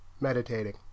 meditating